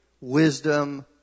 Wisdom